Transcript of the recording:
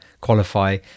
qualify